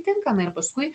tinka na ir paskui